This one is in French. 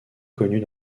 connues